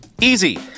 Easy